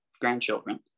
grandchildren